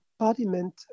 embodiment